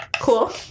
cool